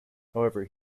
however